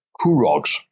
kurogs